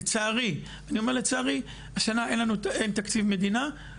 לצערי השנה אין תקציב מדינה,